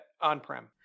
on-prem